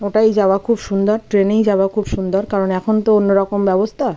ওটাই যাওয়া খুব সুন্দর ট্রেনেই যাওয়া খুব সুন্দর কারণ এখন তো অন্য রকম ব্যবস্থা